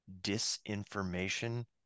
disinformation